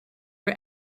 for